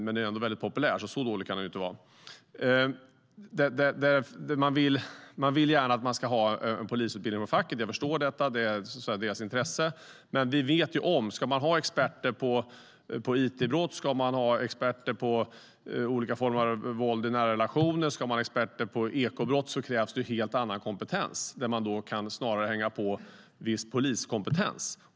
Men den är som sagt väldigt populär, så den kan ju inte vara så dålig. Facket vill gärna att man ska ha en polisutbildning. Jag förstår det, för det ligger i deras intresse. Men ska vi ha experter på it-brott, på våld i nära relationer och på ekobrott krävs helt annan kompetens där vi snarare kan hänga på viss poliskompetens.